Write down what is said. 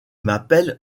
m’appelle